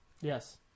Yes